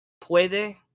puede